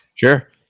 Sure